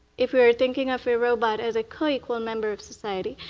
if we're thinking of a robot has a coequal member of society,